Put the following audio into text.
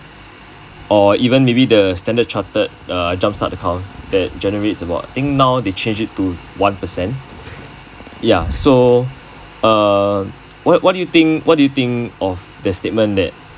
or even maybe the standard chartered err jump start account that generates a lot I think now they changed it to one percent ya so uh what what what do you think of the statement that